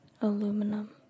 aluminum